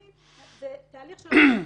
זה תהליך שלוקח זמן.